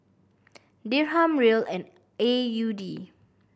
Dirham Riel and A U D